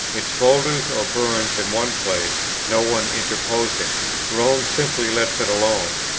it smoulders or burns in one place, no one interposing rome simply lets it alone.